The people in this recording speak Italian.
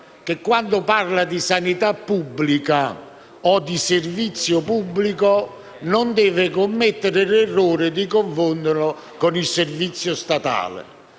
che quando parla di sanità pubblica o di servizio pubblico non deve commettere l'errore di confonderli con il servizio statale.